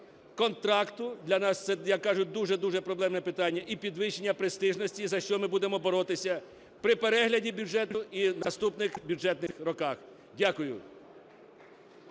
контракту, для нас це, як кажуть, дуже-дуже проблемне питання, і підвищення престижності, за що ми будемо боротися при перегляді бюджету і в наступних бюджетних роках. Дякую.